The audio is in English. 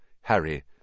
Harry